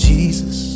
Jesus